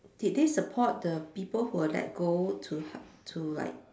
did they support the people who were let go to help to like